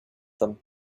them